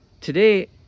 Today